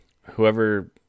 Whoever